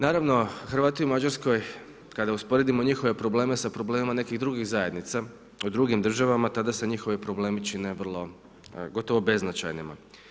Naravno, Hrvati u Mađarskoj, kada usporedimo njihove probleme sa problemima nekih drugih zajednica u drugim državama, tada se njihovi problemi čine vrlo, gotovo beznačajnima.